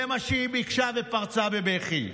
זה מה שהיא ביקשה, ופרצה בבכי.